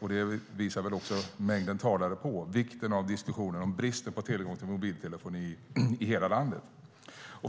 och det visar mängden talare på - nämligen vikten av diskussionen om bristen på tillgång till mobiltelefoni i hela landet.